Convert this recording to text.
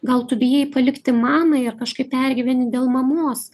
gal tu bijai palikti mamą ir kažkaip pergyveni dėl mamos